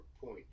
point